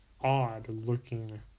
odd-looking